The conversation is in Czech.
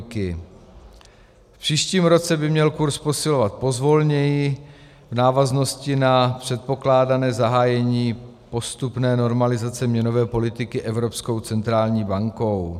V příštím roce by měl kurz posilovat pozvolněji v návaznosti na předpokládané zahájení postupné normalizace měnové politiky Evropskou centrální bankou.